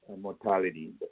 mortality